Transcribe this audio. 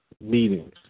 meetings